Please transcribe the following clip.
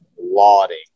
lauding